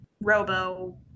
Robo